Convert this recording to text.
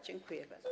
Dziękuję bardzo.